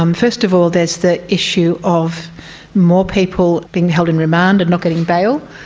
um first of all there's the issue of more people being held in remand and not getting bail.